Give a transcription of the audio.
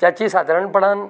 जाची सादारपणान